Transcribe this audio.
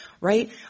Right